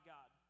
God